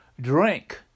drink